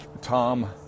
Tom